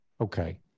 Okay